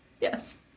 Yes